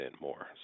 more